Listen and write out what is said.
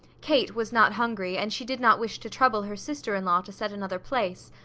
kate was not hungry and she did not wish to trouble her sister-in-law to set another place,